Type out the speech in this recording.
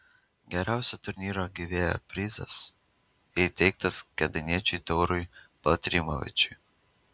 geriausio turnyro gyvėjo prizas įteiktas kėdainiečiui taurui baltrimavičiui